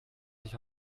sich